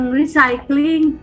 recycling